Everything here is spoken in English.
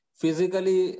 physically